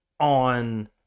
on